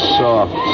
soft